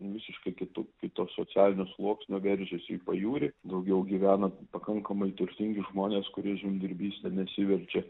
visiškai kitų kito socialinio sluoksnio veržiasi į pajūrį daugiau gyvena pakankamai turtingi žmonės kurie žemdirbyste nesiverčia